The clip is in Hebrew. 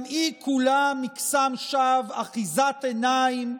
גם היא כולה מקסם שווא, אחיזת עיניים,